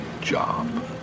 job